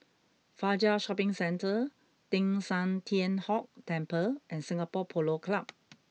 Fajar Shopping Centre Teng San Tian Hock Temple and Singapore Polo Club